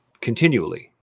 continually